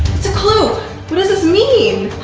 it's a clue. what does this mean?